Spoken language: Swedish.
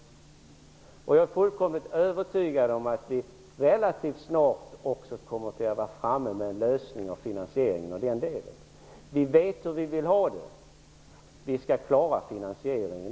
Jag är fullkomligt övertygad om att vi relativt snart också kommer i hamn med en lösning för finansieringen av den delen. Vi vet hur vi vill ha det, och vi skall klara också finansieringen.